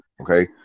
Okay